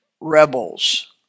rebels